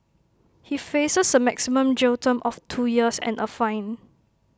he faces A maximum jail term of two years and A fine